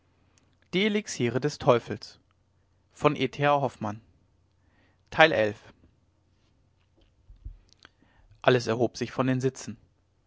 alles erhob sich von den sitzen